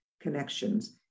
connections